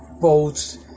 boats